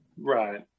Right